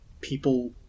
people